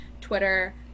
Twitter